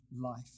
life